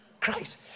Christ